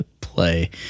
play